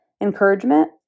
encouragement